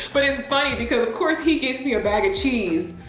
but it's funny because of course he gets me a bag of cheese.